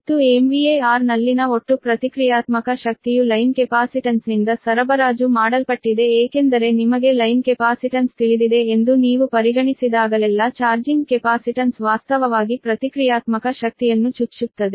ಮತ್ತು MVAr ನಲ್ಲಿನ ಒಟ್ಟು ಪ್ರತಿಕ್ರಿಯಾತ್ಮಕ ಶಕ್ತಿಯು ಲೈನ್ ಕೆಪಾಸಿಟನ್ಸ್ನಿಂದ ಸರಬರಾಜು ಮಾಡಲ್ಪಟ್ಟಿದೆ ಏಕೆಂದರೆ ನಿಮಗೆ ಲೈನ್ ಕೆಪಾಸಿಟನ್ಸ್ ತಿಳಿದಿದೆ ಎಂದು ನೀವು ಪರಿಗಣಿಸಿದಾಗಲೆಲ್ಲಾ ಚಾರ್ಜಿಂಗ್ ಕೆಪಾಸಿಟನ್ಸ್ ವಾಸ್ತವವಾಗಿ ಪ್ರತಿಕ್ರಿಯಾತ್ಮಕ ಶಕ್ತಿಯನ್ನು ಚುಚ್ಚುತ್ತದೆ